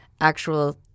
actual –